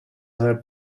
her